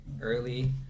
early